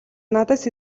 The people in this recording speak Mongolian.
надаас